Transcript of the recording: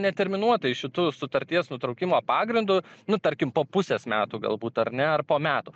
neterminuotai šitu sutarties nutraukimo pagrindu nu tarkim po pusės metų galbūt ar ne ar po metų